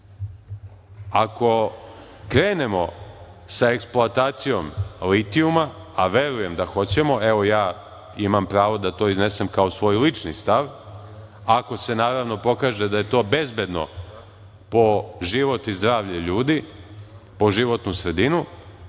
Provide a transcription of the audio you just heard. Ako krenemo sa eksploatacijom litijuma, a verujem da hoćemo, evo imam pravo da to iznesem kao svoj lični stav, ako se pokaže da je to bezbedno po život i zdravlje ljudi, po životnu sredinu,